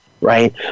right